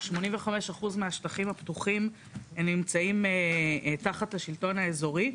85% מהשטחים הפתוחים נמצאים תחת השלטון האזורי.